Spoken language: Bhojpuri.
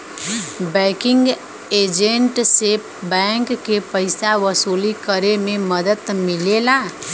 बैंकिंग एजेंट से बैंक के पइसा वसूली करे में मदद मिलेला